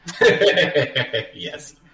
Yes